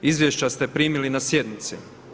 Izvješća ste primili na sjednici.